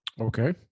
Okay